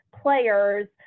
players